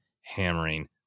hammering